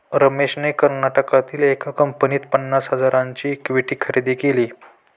रमेशने कर्नाटकातील एका कंपनीत पन्नास हजारांची इक्विटी खरेदी केली